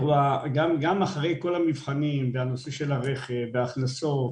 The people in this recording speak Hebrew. גם אחרי כל המבחנים ונושא הרכב וההכנסות,